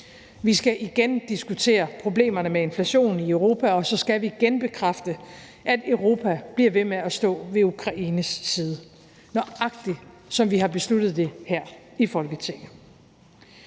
Vi skal igen diskutere problemerne med inflation i Europa, og så skal vi genbekræfte, at Europa bliver ved med at stå ved Ukraines side, nøjagtig som vi har besluttet det her i Folketinget.